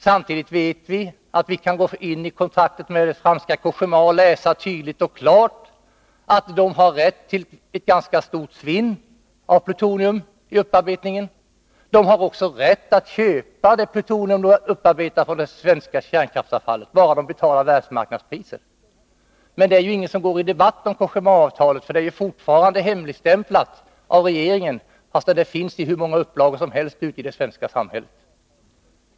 Samtidigt vet vi att vi kan gå in i kontraktet med franska Cogéma och tydligt och klart läsa att Cogéma i upparbetningen har rätt till ett ganska stort svinn av plutonium. Cogéma har också rätt att köpa det plutonium som man har upparbetat från det svenska kärnkraftsavfallet, bara man betalar världsmarknadspriset. Men det är ingen som går in i en debatt om Cogémaavtalet, för det är fortfarande hemligstämplat av regeringen, trots att det finns i hur många upplagor som helst ute i det svenska samhället.